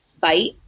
fight